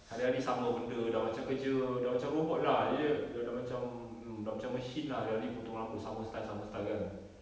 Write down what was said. hari-hari sama benda sudah macam kerja sudah macam robot lah ya ya sudah macam mm sudah macam mesin lah hari-hari potong rambut sama style sama style kan